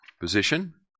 position